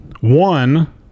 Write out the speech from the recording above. One